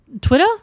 Twitter